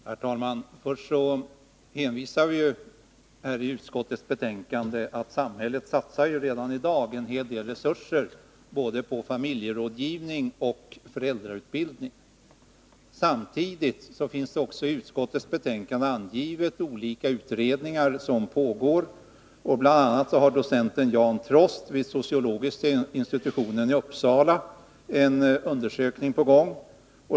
Herr talman! Först och främst hänvisar vi i utskottets betänkande till att samhället redan i dag satsar en hel del resurser både på familjerådgivning och på föräldrautbildning. Samtidigt anges också i utskottets betänkande olika utredningar som pågår. Bl. a. har docenten Jan Trost vid psykologiska institutionen vid Uppsala universitet en undersökning på gång.